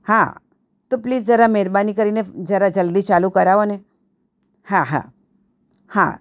હા તો પ્લીઝ જરા મહેરબાની કરીને જરા જલ્દી ચાલું કરવો ને હા હા હા